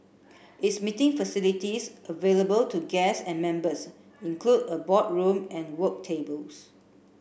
its meeting facilities available to guests and members include a boardroom and work tables